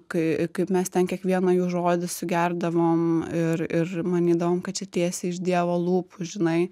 kai kaip mes ten kiekvieną jų žodį sugerdavom ir ir manydavom kad čia tiesiai iš dievo lūpų žinai